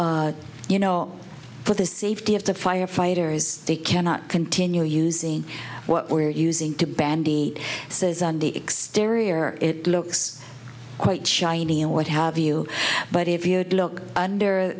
plea you know for the safety of the firefighters they cannot continue using what we are using to bandy says on the exterior it looks quite shiny and what have you but if you look under